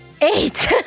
Eight